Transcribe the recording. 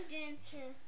Dancer